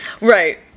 Right